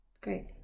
great